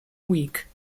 week